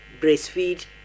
breastfeed